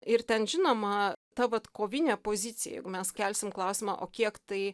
ir ten žinoma ta vat kovinė pozicija jeigu mes kelsim klausimą o kiek tai